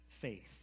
faith